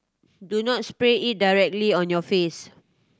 do not spray it directly on your face